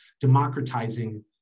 democratizing